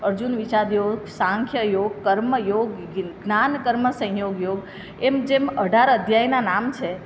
અર્જુન વિષાદ યોગ સાંખ્ય યોગ કર્મ યોગ જ્ઞાન કર્મ સંયોગ યોગ એમ જેમ અઢાર અધ્યાયના નામ છે